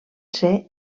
ser